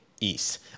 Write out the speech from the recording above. East